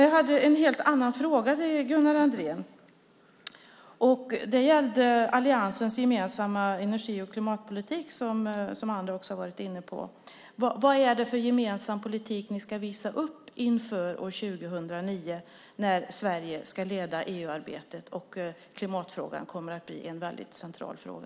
Jag hade en helt annan fråga till Gunnar Andrén. Det gäller alliansens gemensamma energi och klimatpolitik, som andra också har varit inne på. Vad är det för gemensam politik ni ska visa upp inför år 2009 när Sverige ska leda EU-arbetet och klimatfrågan kommer att bli en väldigt central fråga?